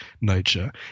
nature